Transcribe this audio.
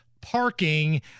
parking